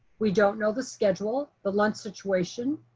we don't know the schedule, the lunch situation,